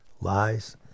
Lies